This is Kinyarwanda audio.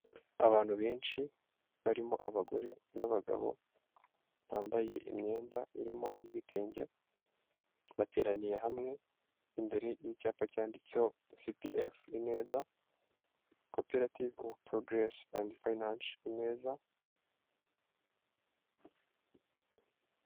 Abantu benshi barimo abagore n'abagabo bambaye imyenda irimo iy'ibitenge bateraniye hamwe imbere y'icyapa cyanditseho cipiyefu ineza koperative porogeresi endi fayinanse ineza.